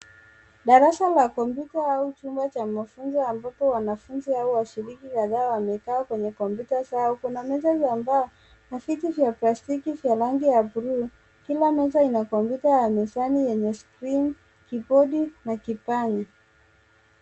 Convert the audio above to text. Darasa la kompyuta au chumba cha mafunzo ambapo wanafunzi au washiriki kadhaa wamekaa kwenye kompyuta zao. Kuna meza za mbao na kiti ya plastiki yenye rangi ya bluu. Kila meza ina kompyuta ya mezani yenye skrini, kibodi na kipanya.